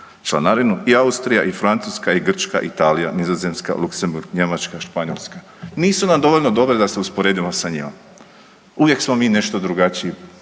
članarinu, i Austrija i Francuska i Grčka, Italija, Nizozemska, Luksemburg, Njemačka, Španjolska. Nisu nam dovoljno dobre da se usporedimo sa njima. Uvijek smo mi nešto drugačiji